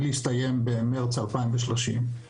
שיסתיים במרץ 2030,